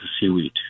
seaweed